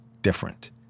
different